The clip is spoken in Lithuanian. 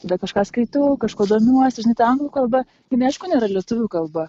bet kažką skaitau kažkuo domiuosi žinai ta anglų kalba jinai aišku nėra lietuvių kalba